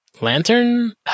Lantern